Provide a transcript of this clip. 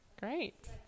great